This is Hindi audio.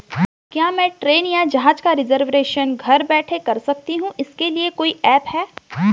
क्या मैं ट्रेन या जहाज़ का रिजर्वेशन घर बैठे कर सकती हूँ इसके लिए कोई ऐप है?